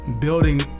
building